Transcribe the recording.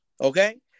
okay